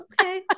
Okay